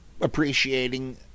appreciating